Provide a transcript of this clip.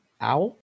owl